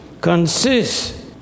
consists